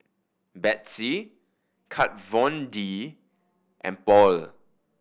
Betsy Kat Von D and Paul